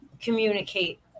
communicate